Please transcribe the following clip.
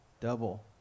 Double